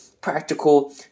practical